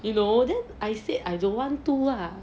you know then I said I don't want to ah